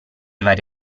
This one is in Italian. vari